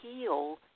heal